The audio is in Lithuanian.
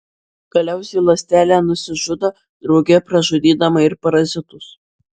galiausiai ląstelė nusižudo drauge pražudydama ir parazitus